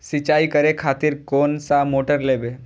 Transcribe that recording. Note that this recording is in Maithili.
सीचाई करें खातिर कोन सा मोटर लेबे?